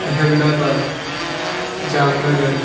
Ahmedabad Jamnagar